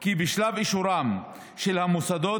כי בשלב אישורם של המוסדות,